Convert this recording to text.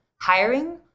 hiring